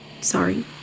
sorry